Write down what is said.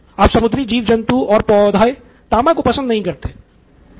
अब समुद्री जीव जन्तु और पौधे तांबा को पसंद नहीं करते है